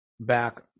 Back